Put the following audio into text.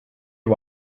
you